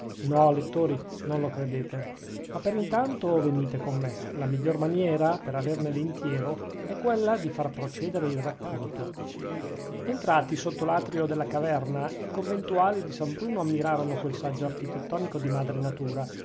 no lettori non lo credete ma per intanto venite con me la miglior maniera per averne l'intiero è quella di far procedere il racconto entrati sotto l'atrio della caverna i conventuali di san bruno ammirarono quel saggio architettonico di madre natura